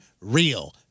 real